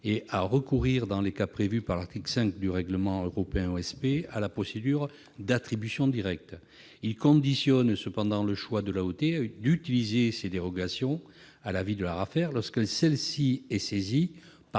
et à recourir, dans les cas prévus par l'article 5 du règlement européen OSP, à la procédure d'attribution directe. Il conditionne cependant le choix de l'AOT d'utiliser ces dérogations à l'avis de l'ARAFER lorsque celle-ci est saisie par